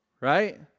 right